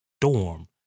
dorm